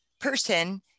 person